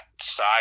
side